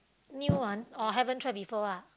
new one or haven't tried before lah